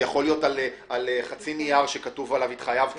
זה יכול להיות על חצי נייר שכתוב עליו התחייבתי,